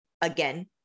again